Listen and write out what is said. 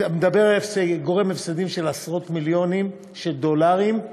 זה גורם להפסדים של עשרות מיליונים של דולרים,